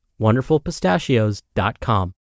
wonderfulpistachios.com